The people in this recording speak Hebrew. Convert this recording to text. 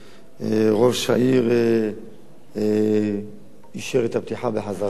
ראש העיר אישר את הפתיחה בחזרה.